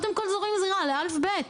זה אלף-בית.